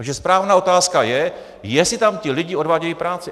Takže správná otázka je, jestli tam ti lidé odvádějí práci.